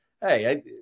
hey